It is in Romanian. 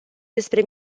despre